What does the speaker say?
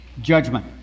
judgment